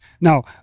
Now